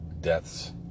deaths